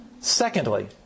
secondly